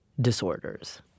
disorders